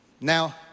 Now